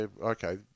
okay